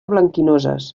blanquinoses